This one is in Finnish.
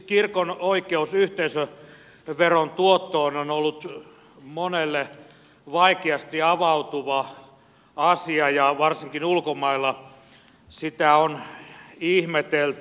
kirkon oikeus yhteisöveron tuottoon on ollut monelle vaikeasti avautuva asia ja varsinkin ulkomailla sitä on ihmetelty